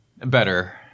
Better